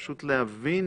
פשוט להבין